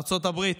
ארצות הברית.